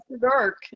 dark